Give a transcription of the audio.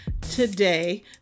today